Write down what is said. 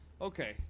Okay